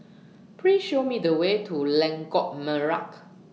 Please Show Me The Way to Lengkok Merak